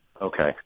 Okay